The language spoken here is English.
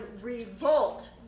revolt